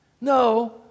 No